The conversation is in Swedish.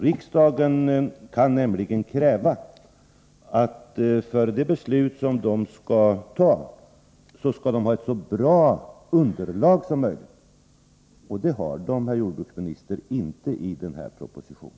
Riksdagen kan nämligen kräva att få så bra underlag som möjligt för de beslut den skall fatta, och det har den inte fått, herr jordbruksminister, i den här propositionen.